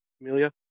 Amelia